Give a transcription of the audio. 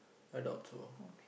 I doubt so